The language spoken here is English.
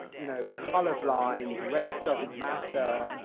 you know, colourblind, race doesn't matter,